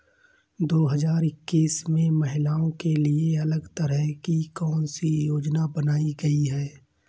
दो हजार इक्कीस में महिलाओं के लिए अलग तरह की कौन सी योजना बनाई गई है?